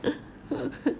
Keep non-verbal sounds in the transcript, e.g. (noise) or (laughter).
(laughs)